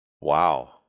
wow